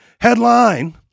Headline